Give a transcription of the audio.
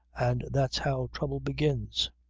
and that's how trouble begins.